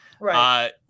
Right